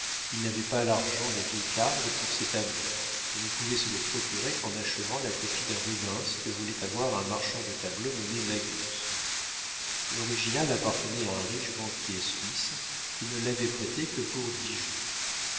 il n'avait pas l'argent des deux cadres pour ses tableaux et ne pouvait se le procurer qu'en achevant la copie d'un rubens que voulait avoir un marchand de tableaux nommé magus l'original appartenait à un riche banquier suisse qui ne l'avait prêté que pour dix jours